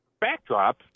backdrop